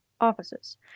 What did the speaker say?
offices